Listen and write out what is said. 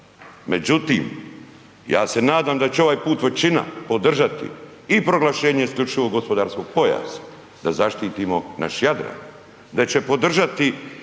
Međutim, ja se nadam da će ovaj put većina podržati i proglašenje isključivog gospodarskog pojasa da zaštitimo naš Jadran, da će podržati